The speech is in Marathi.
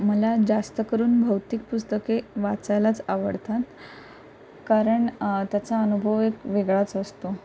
मला जास्त करून भौतिक पुस्तके वाचायलाच आवडतात कारण त्याचा अनुभव एक वेगळाच असतो